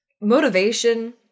motivation